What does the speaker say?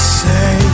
say